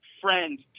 friend